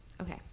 okay